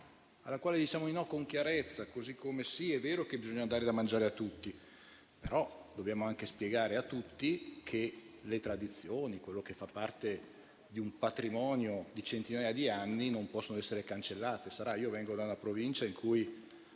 alla quale diciamo di no con chiarezza. È vero che bisogna dare da mangiare a tutti, però dobbiamo anche spiegare a tutti che le tradizioni, che fanno parte di un patrimonio di centinaia di anni, non possono essere cancellate. Io vengo da una provincia in cui